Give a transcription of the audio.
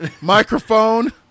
microphone